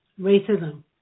racism